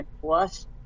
plus